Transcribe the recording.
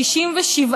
סליחה.